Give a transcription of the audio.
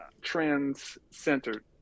trans-centered